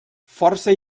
força